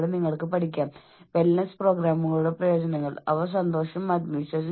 കൂടാതെ അത് നിങ്ങളെ എങ്ങനെ ബാധിക്കും ഓർഗനൈസേഷനുകളിലെ നിങ്ങളുടെ സ്ഥാനത്തെ എങ്ങനെ ബാധിക്കും എന്ന് നിങ്ങൾക്ക് അറിയില്ല